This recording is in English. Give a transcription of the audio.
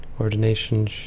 ordination